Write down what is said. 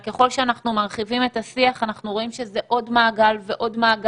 ככל שאנחנו מרחיבים את השיח אנחנו רואים שיש הרבה מעגלים שאוכלים